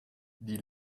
die